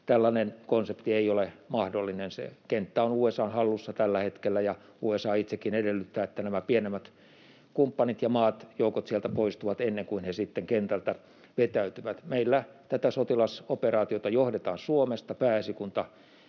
Tällainen konsepti ei ole mahdollinen. Se kenttä on USA:n hallussa tällä hetkellä, ja USA itsekin edellyttää, että näiden pienempien kumppanien ja maiden joukot sieltä poistuvat ennen kuin he sitten kentältä vetäytyvät. Meillä tätä sotilasoperaatiota johdetaan Suomesta. Pääesikunta